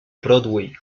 broadway